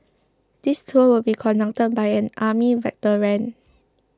this tour will be conducted by an army veteran